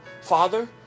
Father